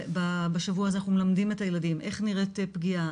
ובשבוע הזה אנחנו מלמדים את הילדים איך נראית פגיעה,